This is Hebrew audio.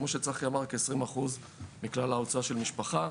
כמו שצחי אמר, זה כ-20% מכלל ההוצאה של משפחה.